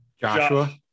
Joshua